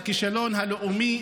הכישלון הלאומי,